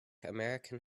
american